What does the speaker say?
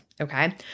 Okay